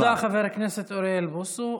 תודה, חבר הכנסת אוריאל בוסו.